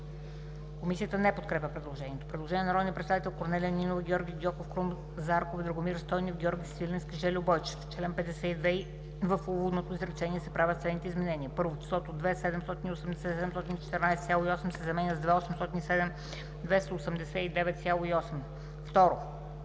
Комисията не подкрепя предложението.